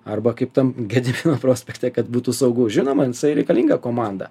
arba kaip tam gedimino prospekte kad būtų saugu žinoma insai reikalinga komanda